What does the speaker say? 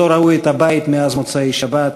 לא ראו את הבית מאז מוצאי שבת,